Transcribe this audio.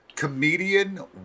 comedian